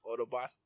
Autobot